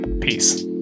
Peace